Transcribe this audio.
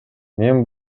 мен